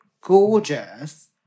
gorgeous